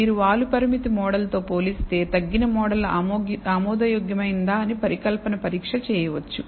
మీరు వాలు పరామితి మోడల్ తో పోలిస్తే తగ్గిన మోడల్ ఆమోదయోగ్యమైనదా అని పరికల్పన పరీక్ష చేయవచ్చు